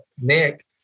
Nick